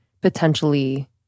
potentially